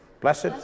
Blessed